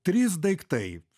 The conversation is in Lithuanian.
trys daiktai